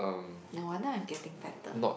no wonder I'm getting fatter